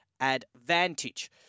advantage